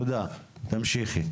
תודה, תמשיכי.